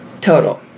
Total